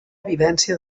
evidència